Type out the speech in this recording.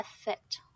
effect